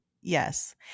Yes